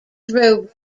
through